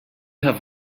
have